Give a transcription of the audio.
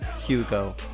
Hugo